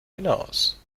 hinaus